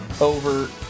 over